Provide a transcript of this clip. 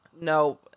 No